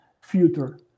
future